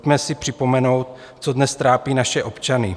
Pojďme si připomenout, co dnes trápí naše občany.